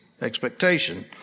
expectation